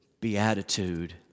beatitude